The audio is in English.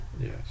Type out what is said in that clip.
yes